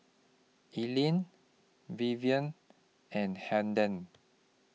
Elaine Vivienne and Hayden